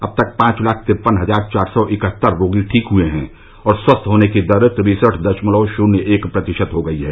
अब तक पांच लाख तिरपन हजार चार सौ इकहत्तर रोगी ठीक हुए हैं और स्वस्थ होने की दर तिरसठ दशमलव शून्य एक प्रतिशत हो गई है